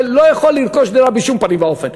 לא יכול לרכוש דירה בשום פנים ואופן,